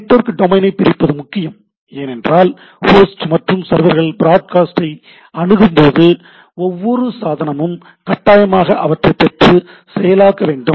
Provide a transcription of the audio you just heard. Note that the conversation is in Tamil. நெட்வொர்க் டொமைனை பிரிப்பது முக்கியம் ஏனென்றால் ஹோஸ்ட் மற்றும் சர்வர்கள் ப்ராட்கேஸ்ட் ஐ அனுப்பும்போது ஒவ்வொரு சாதனமும் கட்டாயமாக அவற்றை பெற்று செயலாக்க வேண்டும்